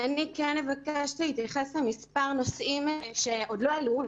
אני כן אבקש להתייחס למספר נושאים שעוד לא עלו.